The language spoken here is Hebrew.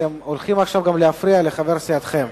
אתם הולכים עכשיו גם להפריע לחבר סיעתכם.